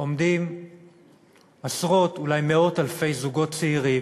עומדים עשרות, אולי מאות אלפי זוגות צעירים,